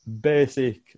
basic